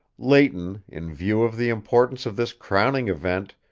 leighton, in view of the importance of this crowning event,